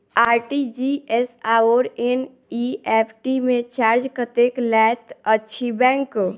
RTGS आओर NEFT मे charge कतेक लैत अछि बैंक?